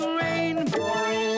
rainbow